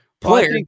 player